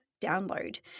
download